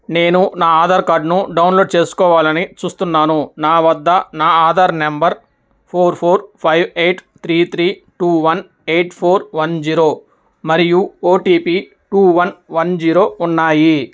నేను నా ఆధార్ కార్డ్ను డౌన్లోడ్ చేసుకోవాలని చూస్తున్నాను నా వద్ద నా Aadhaar number four four five eight three three two one eight four one zero మరియు OTP two one one zero ఉన్నాయి